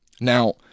Now